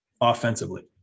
offensively